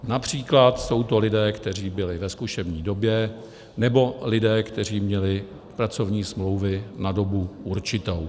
Například jsou to lidé, kteří byli ve zkušební době, nebo lidé, kteří měli pracovní smlouvy na dobu určitou.